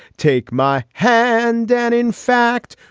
take my hand and in fact,